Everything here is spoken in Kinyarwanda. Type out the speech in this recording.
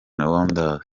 wanderers